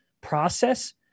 process